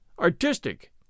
Artistic